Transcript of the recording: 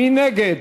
מי נגד?